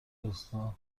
راستا